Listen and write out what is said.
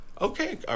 okay